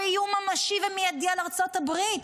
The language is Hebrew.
הוא איום ממשי ומיידי על ארצות הברית.